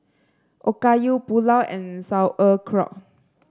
Okayu Pulao and Sauerkraut